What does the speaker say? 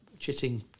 chitting